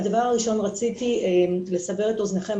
הדבר ראשון רציתי לסבר את אוזניכם,